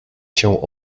cię